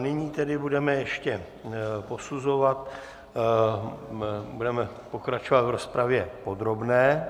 Nyní tedy budeme ještě posuzovat, budeme pokračovat v rozpravě podrobné.